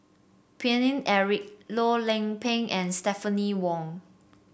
Paine Eric Loh Lik Peng and Stephanie Wong